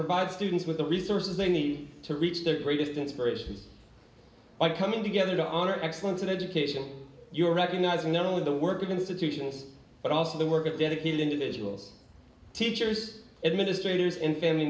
provide students with the resources they need to reach their greatest inspiration by coming together to honor excellence in education you are recognizing not only the work of institutions but also the work of dedicated individuals teachers administrators in family